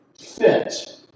fit